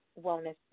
wellness